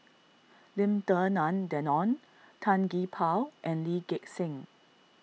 Lim Denan Denon Tan Gee Paw and Lee Gek Seng